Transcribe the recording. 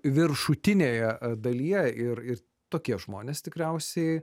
viršutinėje dalyje ir ir tokie žmonės tikriausiai